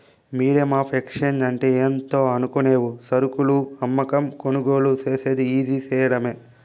medium of exchange అంటే ఏందో అనుకునేవు సరుకులు అమ్మకం, కొనుగోలు సేసేది ఈజీ సేయడమే